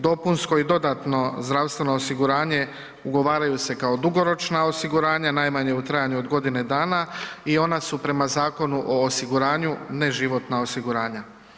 Dopunsko i dodatno zdravstveno osiguranje ugovaraju se kao dugoročna osiguranja, najmanje u trajanju od godine dana i ona su prema Zakonu o osiguranju ne životna osiguranja.